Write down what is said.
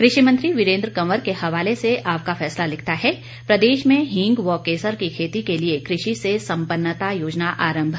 कृषि मंत्री वीरेंद्र कंवर के हवाले से आपका फैसला लिखता है प्रदेश में हींग व केसर की खेती के लिए कृषि से संपन्नता योजना आरंभ